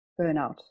burnout